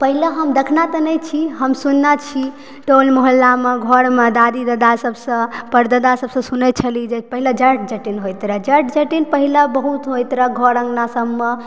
पहिले हम देखने तऽ नहि छी हम सुनने छी टोल महल्लामे घरमे दादी दादा सभसँ परदादा सभसँ सुनय छली जे पहिले जट जटिन होइत रहय जट जटिन पहिले बहुत होइत रहय घर अङ्गना सभमे